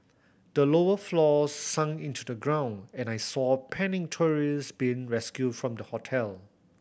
the lower floors sunk into the ground and I saw panicked tourist being rescued from the hotel